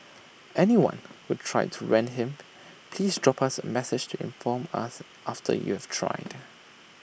anyone who tried to rent him please drop us A message to inform us after you have tried